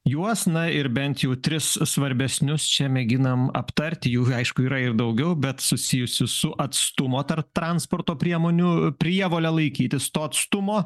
juos na ir bent jau tris svarbesnius čia mėginam aptarti jų aišku yra ir daugiau bet susijusių su atstumo tarp transporto priemonių prievole laikytis to atstumo